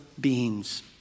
beings